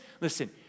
Listen